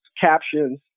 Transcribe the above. captions